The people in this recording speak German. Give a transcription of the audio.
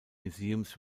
museums